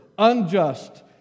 Unjust